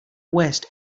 west